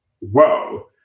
whoa